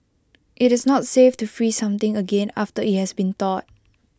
IT is not safe to freeze something again after IT has been thawed